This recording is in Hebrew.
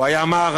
הוא היה מערך,